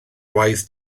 waith